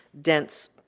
dense